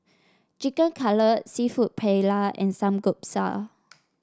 Chicken Cutlet seafood Paella and Samgyeopsal